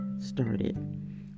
started